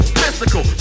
physical